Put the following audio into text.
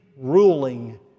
ruling